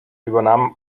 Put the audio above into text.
übernahm